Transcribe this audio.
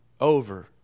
over